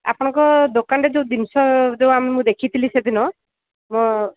ଆପଣଙ୍କ ଦୋକାନରେ ଯୋଉ ଜିନିଷ ଯୋଉ ମୁଁ ଦେଖିଥିଲି ସେଦିନ ମୋ